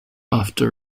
after